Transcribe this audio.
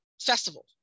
festival